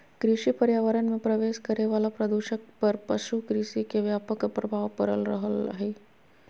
कृषि पर्यावरण मे प्रवेश करे वला प्रदूषक पर पशु कृषि के व्यापक प्रभाव पड़ रहल हई